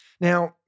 Now